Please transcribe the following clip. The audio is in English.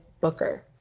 Booker